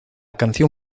canción